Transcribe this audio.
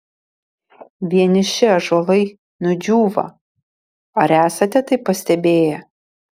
vieniši ąžuolai nudžiūva ar esate tai pastebėję